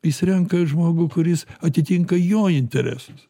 jis renka žmogų kuris atitinka jo interesus